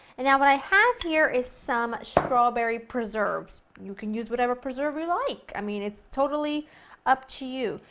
and now, what i have here is some strawberry preserves, you could use whatever preserve you'd like. i mean, it's totally up to you.